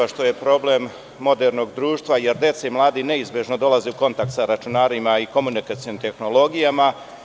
je problem modernog društva, jer deca i mladi neizbežno dolaze u kontakt sa računarima i komunikacionim tehnologijama.